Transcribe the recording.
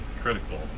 critical